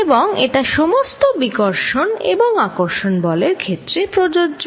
এবং এটা সমস্ত বিকর্ষণ এবং আকর্ষণ বলের ক্ষেত্রে প্রযোজ্য